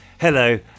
Hello